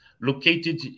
located